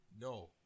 no